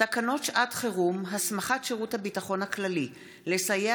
תקנות שעת חירום (הסמכת שירות הביטחון הכללי לסייע